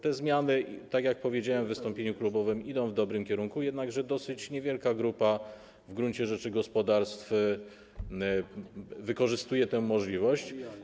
Te zmiany, tak jak powiedziałem w wystąpieniu klubowym, idą w dobrym kierunku, jednakże dosyć niewielka w gruncie rzeczy grupa gospodarstw wykorzystuje tę możliwość.